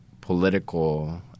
political